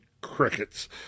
crickets